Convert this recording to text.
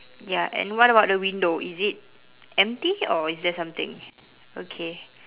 ya and what about the window is it empty or is there something okay